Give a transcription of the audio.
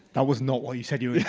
that was not what you said you